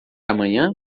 amanhã